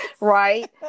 right